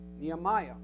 Nehemiah